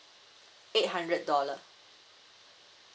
eight hundred dollar